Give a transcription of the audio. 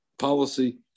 policy